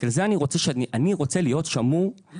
ובגלל זה אני רוצה להיות שמור בחוק,